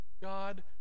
God